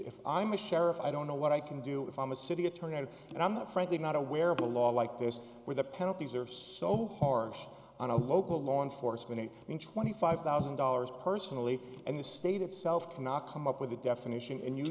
if i'm a sheriff i don't know what i can do if i'm a city attorney and i'm not frankly not aware of a law like this where the penalties are so harsh on a local law enforcement a twenty five thousand dollars personally and the state itself cannot come up with a definition and you